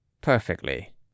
Perfectly